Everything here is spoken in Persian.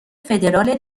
فدرال